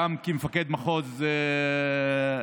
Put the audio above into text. גם מפקד מחוז ירושלים,